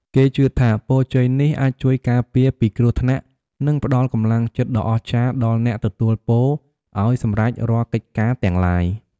គេជឿថាពរជ័យនេះអាចជួយការពារពីគ្រោះថ្នាក់ និងផ្តល់កម្លាំងចិត្តដ៏អស្ចារ្យដល់អ្នកទទួលពរឲ្យសម្រេចរាល់កិច្ចការទាំងឡាយ។